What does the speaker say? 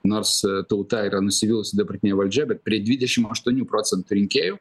nors tauta yra nusivylusi dabartinė valdžia bet prie dvidešim aštuonių procentų rinkėjų